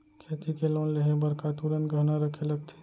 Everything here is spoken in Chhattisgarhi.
खेती के लोन लेहे बर का तुरंत गहना रखे लगथे?